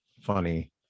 funny